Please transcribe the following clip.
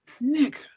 Nick